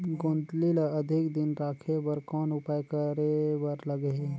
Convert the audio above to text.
गोंदली ल अधिक दिन राखे बर कौन उपाय करे बर लगही?